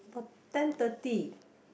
about ten thirty